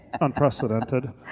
unprecedented